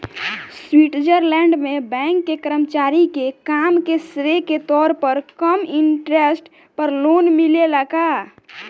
Switzerland में bank के कर्मचारी के काम के श्रेय के तौर पर कम इंटरेस्ट पर लोन मिलेला का?